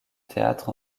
théâtre